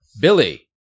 Billy